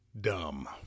Dumb